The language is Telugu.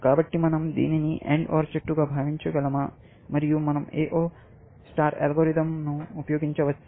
కాబట్టి మన০ దీనిని AND OR చెట్టుగా భావించగలమా మరియు మనం A0 అల్గారిథమ్లను ఉపయోగించవచ్చా